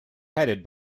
headed